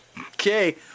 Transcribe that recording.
okay